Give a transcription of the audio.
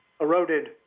eroded